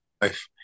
life